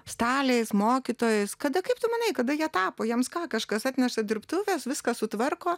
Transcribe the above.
staliais mokytojais kada kaip tu manai kada jie tapo jiems ką kažkas atneša dirbtuves viską sutvarko